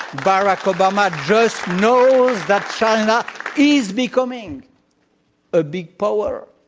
barack obama just knows that china is becoming a big power.